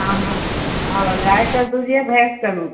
हाँ हाँ और गाय का दूध या भैँस का दूध